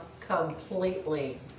completely